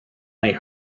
they